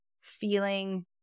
feeling